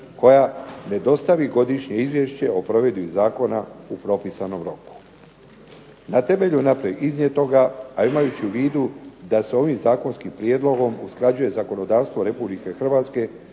koja ne dostavi godišnje izvješće o provedbi Zakona u propisanom roku. Na temelju naprijed iznijetoga a imajući u vidu da se ovim Zakonskim prijedlogom usklađuje zakonodavstvo Republike Hrvatske